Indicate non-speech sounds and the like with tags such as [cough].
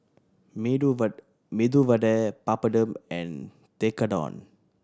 Medu [unintelligible] Medu Vada Papadum and Tekkadon